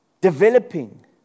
developing